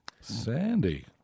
Sandy